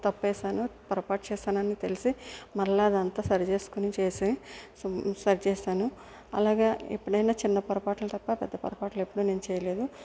తప్పు వేసాను పొరపాటు చేశాను అని తెలిసి మరలా ఆది అంతా సరి చేసుకోని చేసి సరి చేశాను అలాగా ఎప్పుడు అయిన చిన్న పొరపాట్లు తప్ప పెద్ద పొరపాట్లు ఎప్పుడూ నేను చేయలేదు